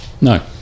No